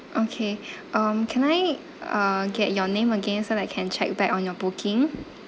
okay um can I uh get your name again so that I can check back on your booking